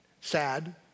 Sad